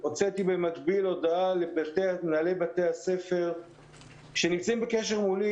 הוצאתי במקביל הודעה למנהלי בתי הספר שנמצאים בקשר מולי.